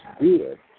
good